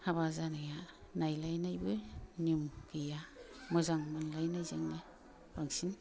हाबा जानाया नायलायनायबो नेम गैया मोजां मोनलायनायजोंनो बांसिन